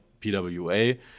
pwa